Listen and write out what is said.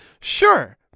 Sure